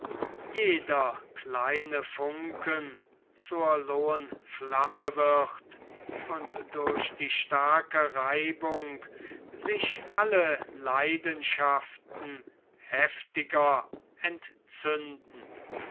jeder kleine funken zur lohen flamme wird und durch die starke reibung sich alle leidenschaften heftiger entzünden